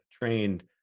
trained